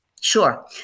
Sure